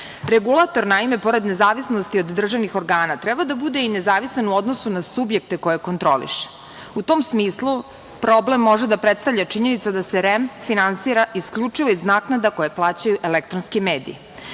Regulator, naime, pored nezavisnosti od državnih organa treba da bude i nezavistan u odnosu na subjekte koje kontroliše. U tom smislu problem može da predstavlja činjenica da se REM finansira isključivo iz naknada koje plaćaju elektronski mediji.